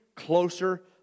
closer